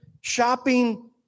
shopping